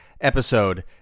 episode